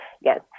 Yes